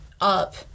up